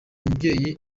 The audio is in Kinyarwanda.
mubyeyi